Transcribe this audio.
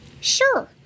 Sure